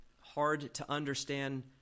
hard-to-understand